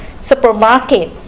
supermarket